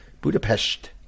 Budapest